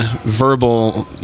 verbal